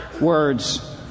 words